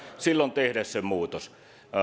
silloin tehdä se muutos